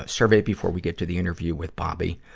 survey before we get to the interview with bobby.